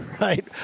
right